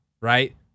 right